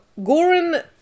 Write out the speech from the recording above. Goran